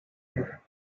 there